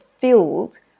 filled